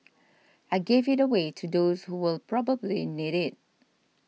I gave it away to those who will probably need it